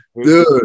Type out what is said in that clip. Dude